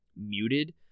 muted